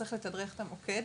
צריך לתדרך את המוקד.